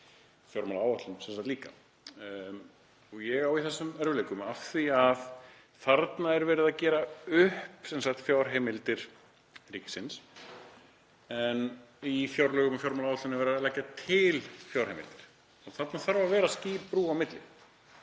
og fjármálaáætlun líka. Ég á í þessum erfiðleikum af því að þarna er verið að gera upp fjárheimildir ríkisins en í fjárlögum og fjármálaáætlun er verið að leggja til fjárheimildir og þarna þarf að vera skýr brú á milli.